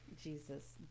Jesus